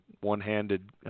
one-handed